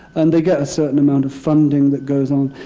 and they got a certain amount of funding that goes on.